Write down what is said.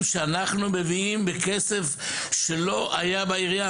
שאנחנו מביאים בכסף שלא היה בעירייה,